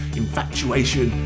infatuation